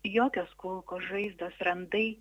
jokios kulkos žaizdos randai